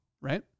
right